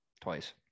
Twice